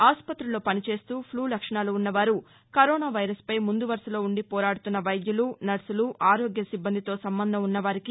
ఆస్పతుల్లో పనిచేస్తూ ఫ్లా లక్షణాలున్న వారు కరోనా వైరస్ పై ముందువరుసలో ఉండి పోరాడుతున్న వైద్యులు నర్సులు ఆరోగ్య సిబ్బందితో సంబంధం ఉన్నవారికి